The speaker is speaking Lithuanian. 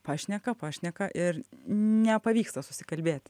pašneka pašneka ir nepavyksta susikalbėt